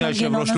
אדוני היושב-ראש,